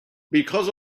because